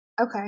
Okay